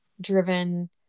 driven